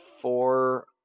four